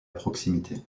proximité